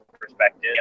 perspective